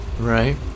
Right